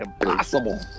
Impossible